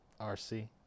RC